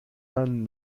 man